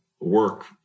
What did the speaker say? work